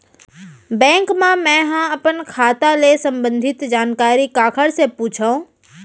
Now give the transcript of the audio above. Bank मा मैं ह अपन खाता ले संबंधित जानकारी काखर से पूछव?